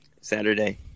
Saturday